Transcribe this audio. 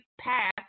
path